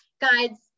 guides